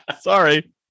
Sorry